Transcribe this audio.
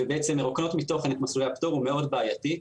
ומרוקנות מתוכן את מסלולי הפטור הוא מאוד בעייתי.